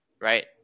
Right